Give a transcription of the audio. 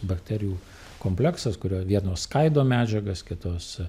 bakterijų kompleksas kurioj vienos skaido medžiagas kitos